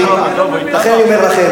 הכנסת הזאת על הציבור ונמנעו מלומר אמת.